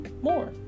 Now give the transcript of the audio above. more